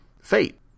fate